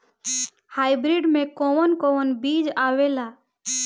Hybrid में कोवन कोवन बीज आवेला?